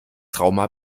trauma